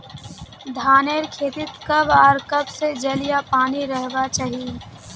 धानेर खेतीत कब आर कब से जल या पानी रहबा चही?